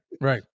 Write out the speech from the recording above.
right